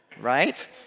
right